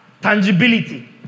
tangibility